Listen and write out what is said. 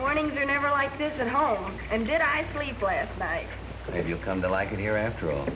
wanting to never like this at home and did i sleep last night if you come to like it here after all